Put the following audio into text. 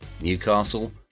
Newcastle